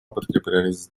подкреплялись